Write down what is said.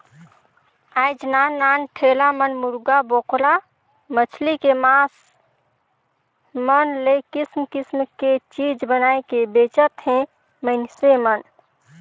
आयज नान नान ठेला मन मुरगा, बोकरा, मछरी के मास मन ले किसम किसम के चीज बनायके बेंचत हे मइनसे मन